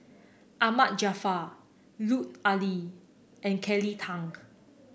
Ahmad Jaafar Lut Ali and Kelly Tang